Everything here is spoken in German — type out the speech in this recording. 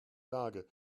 lage